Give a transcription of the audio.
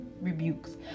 rebukes